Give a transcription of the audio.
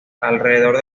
alrededor